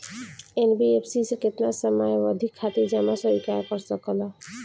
NBFC केतना समयावधि खातिर जमा स्वीकार कर सकला?